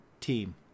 team